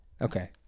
Okay